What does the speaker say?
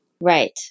Right